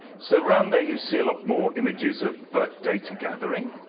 so round there, you see a lot more images of data gathering.